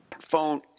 phone